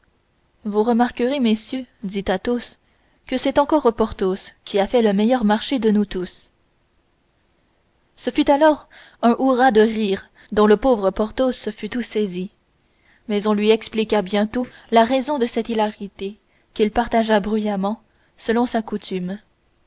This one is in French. vous remarquerez messieurs dit athos que c'est encore porthos qui a fait le meilleur marché de nous tous ce fut alors un hourra de rires dont le pauvre porthos fut tout saisi mais on lui expliqua bientôt la raison de cette hilarité qu'il partagea bruyamment selon sa coutume